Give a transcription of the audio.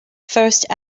first